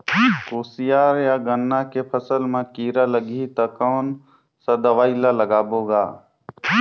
कोशियार या गन्ना के फसल मा कीरा लगही ता कौन सा दवाई ला लगाबो गा?